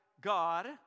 God